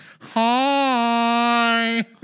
hi